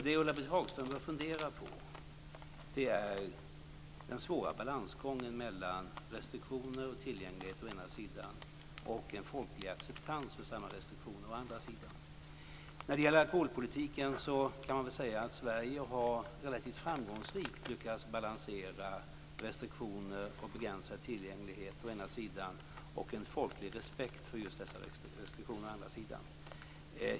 Det Ulla-Britt Hagström funderar på är den svåra balansgången mellan restriktioner och tillgänglighet å ena sidan och en folklig acceptans för samma restriktioner å andra sidan. När det gäller alkoholpolitiken kan man väl säga att Sverige relativt framgångsrikt har lyckats balansera restriktioner och begränsad tillgänglighet å ena sidan och en folklig respekt för just dessa restriktioner å andra sidan.